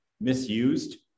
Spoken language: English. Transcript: misused